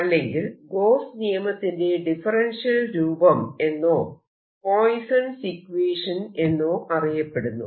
അല്ലെങ്കിൽ ഗോസ്സ് നിയമത്തിന്റെ ഡിഫറെൻഷ്യൽ രൂപം എന്നോ പോയ്സൺസ് ഇക്വേഷൻ Poisson's equation എന്നോ അറിയപ്പെടുന്നു